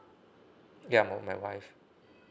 ya my my wife